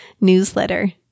newsletter